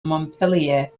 montpellier